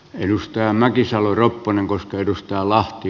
ennuste ja mäkisalo ropponen kosketusta lähti